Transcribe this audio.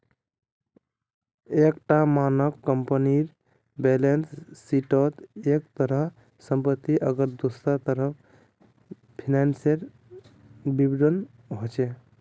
एक टा मानक कम्पनीर बैलेंस शीटोत एक तरफ सम्पति आर दुसरा तरफ फिनानासेर विवरण होचे